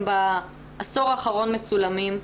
הם בעשור האחרון מצולמים,